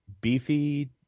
beefy